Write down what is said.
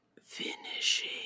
finishing